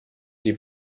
die